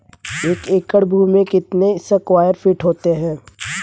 एक एकड़ भूमि में कितने स्क्वायर फिट होते हैं?